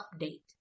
update